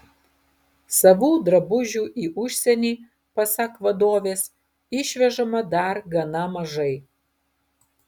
savų drabužių į užsienį pasak vadovės išvežama dar gana mažai